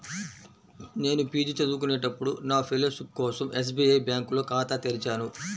నేను పీజీ చదువుకునేటప్పుడు నా ఫెలోషిప్ కోసం ఎస్బీఐ బ్యేంకులో ఖాతా తెరిచాను